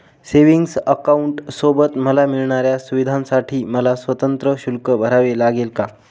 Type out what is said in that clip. Savings अकाउंटसोबत मला मिळणाऱ्या सुविधांसाठी मला स्वतंत्र शुल्क भरावे लागेल का?